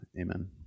amen